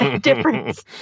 difference